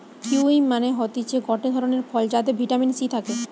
kiwi মানে হতিছে গটে ধরণের ফল যাতে ভিটামিন সি থাকে